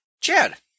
Chad